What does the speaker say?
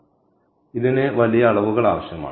അതിനാൽ ഇതിന് വലിയ അളവുകൾ ആവശ്യമാണ്